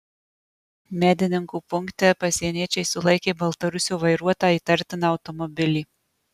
medininkų punkte pasieniečiai sulaikė baltarusio vairuotą įtartiną automobilį